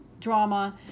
drama